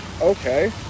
okay